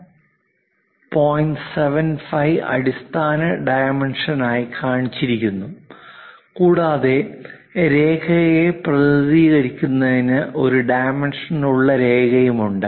75 അടിസ്ഥാന ഡൈമെൻഷനായി കാണിച്ചിരിക്കുന്നു കൂടാതെ രേഖയെ പ്രതിനിധീകരിക്കുന്നതിന് ഒരു ഡൈമെൻഷനിലുള്ള രേഖയുമുണ്ട്